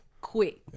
quick